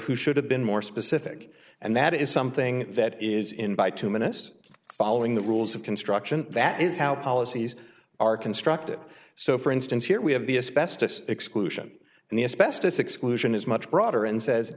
who should have been more specific and that is something that is in by two minutes following the rules of construction that is how policies are constructed so for instance here we have the a specified exclusion and the asbestos exclusion is much broader and says